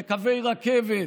בקווי רכבת,